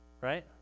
right